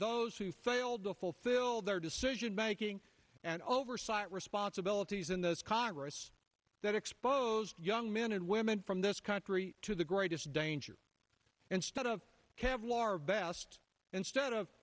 those who failed to fulfill their decision making and oversight responsibilities in this congress that exposed young men and women from this country to the greatest danger instead of kev laura best instead of